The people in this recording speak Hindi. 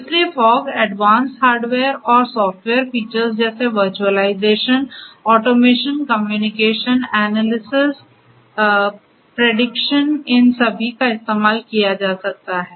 इसलिए फॉग एडवांस हार्डवेयर और सॉफ्टवेयर फीचर्स जैसे virtualisation automation communication analysis prediction इन सभी का इस्तेमाल किया जा सकता है